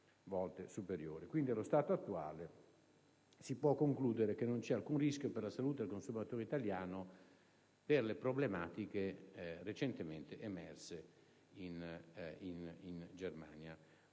attuale. Allo stato si può concludere che non c'è alcun rischio per la salute del consumatore italiano connesso alle problematiche recentemente emerse in Germania.